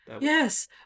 Yes